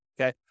okay